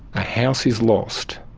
a house is lost.